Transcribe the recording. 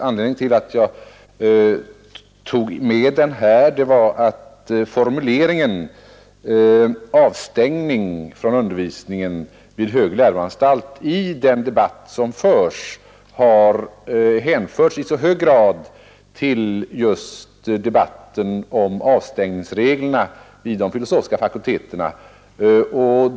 Anledningen till att jag tog med den här var att formuleringen, avstängning från undervisningen vid hög läroanstalt, har hänförts i så hög grad till just debatten om avstängningsreglerna vid de filosofiska fakulteterna.